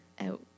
out